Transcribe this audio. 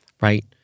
right